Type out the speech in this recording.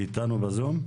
היא איתנו בזום?